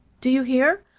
do you hear?